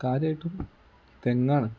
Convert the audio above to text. കാര്യമായിട്ടും തെങ്ങാണ്